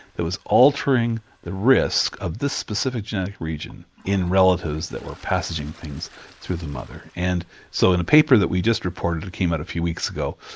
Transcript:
there was altering the risk of this specific genetic region in relatives that were passaging things through the mother. and so in the paper that we just reported, it came out a few weeks ago,